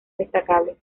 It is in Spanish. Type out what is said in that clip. destacables